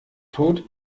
tod